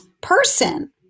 person